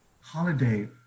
holiday